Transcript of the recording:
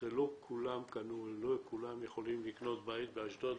לא כולם יכולים לקנות בית באשדוד,